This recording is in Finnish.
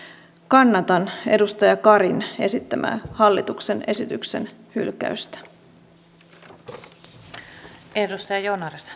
kannatan edustaja karin esittämää hallituksen esityksen hylkäystä